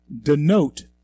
denote